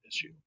issue